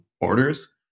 orders